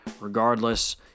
regardless